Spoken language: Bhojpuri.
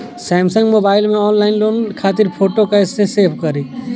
सैमसंग मोबाइल में ऑनलाइन लोन खातिर फोटो कैसे सेभ करीं?